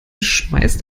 schmeißt